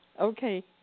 Okay